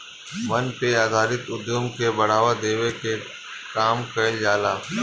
वन पे आधारित उद्योग के बढ़ावा देवे के काम कईल जाला